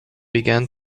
began